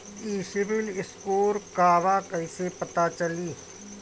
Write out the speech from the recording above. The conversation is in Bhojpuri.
ई सिविल स्कोर का बा कइसे पता चली?